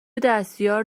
دستیار